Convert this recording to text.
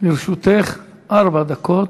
לרשותך ארבע דקות.